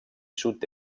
sud